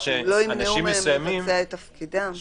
הם לא ימנעו מהם לבצע את תפקידם בתקנות.